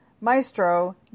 Maestro